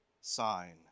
sign